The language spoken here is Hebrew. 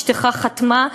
אשתך חתמה?